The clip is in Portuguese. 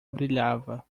brilhava